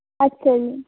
ਅੱਛਾ ਜੀ